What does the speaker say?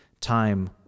time